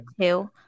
two